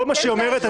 כל מה שהיא אומרת,